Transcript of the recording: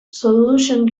solution